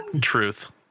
Truth